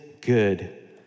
good